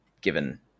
given